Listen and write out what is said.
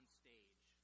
stage